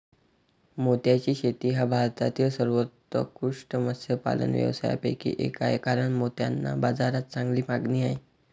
मोत्याची शेती हा भारतातील सर्वोत्कृष्ट मत्स्यपालन व्यवसायांपैकी एक आहे कारण मोत्यांना बाजारात चांगली मागणी आहे